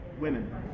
Women